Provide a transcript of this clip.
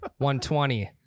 120